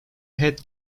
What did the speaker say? head